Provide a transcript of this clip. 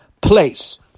place